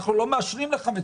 אנחנו לא מאשרים את זה.